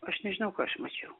aš nežinau ką aš mačiau